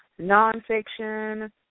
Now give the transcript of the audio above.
nonfiction